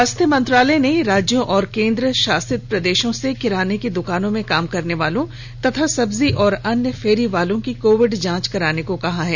स्वास्थ्य मंत्रालय ने राज्यों और केन्द्र शासित प्रदेशों से किराने की दुकान में काम करने वालों तथा सब्जी और अन्य फेरी वालों की कोविड जांच कराने को कहा है